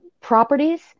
properties